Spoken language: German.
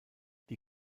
die